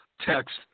text